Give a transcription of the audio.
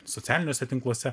socialiniuose tinkluose